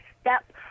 step